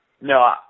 no